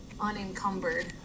unencumbered